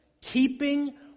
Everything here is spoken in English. keeping